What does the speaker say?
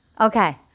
Okay